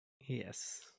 Yes